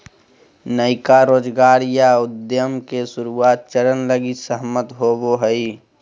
नयका रोजगार या उद्यम के शुरुआत चरण लगी सहमत होवो हइ